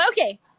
okay